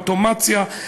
אוטומציה,